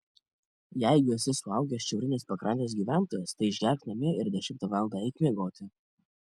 jeigu esi suaugęs šiaurinės pakrantės gyventojas tai išgerk namie ir dešimtą valandą eik miegoti